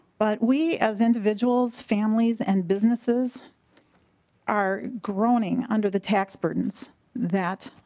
but we as individuals families and businesses are groaning under the tax burdens that